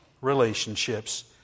relationships